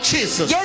Jesus